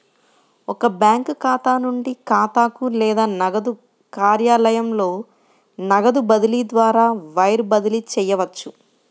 ఒక బ్యాంకు ఖాతా నుండి ఖాతాకు లేదా నగదు కార్యాలయంలో నగదు బదిలీ ద్వారా వైర్ బదిలీ చేయవచ్చు